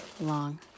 long